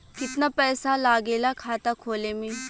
कितना पैसा लागेला खाता खोले में?